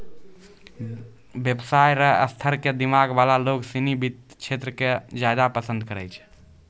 व्यवसाय र स्तर क दिमाग वाला लोग सिनी वित्त क्षेत्र क ज्यादा पसंद करै छै